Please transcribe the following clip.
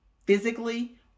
physically